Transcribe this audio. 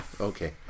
Okay